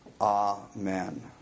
Amen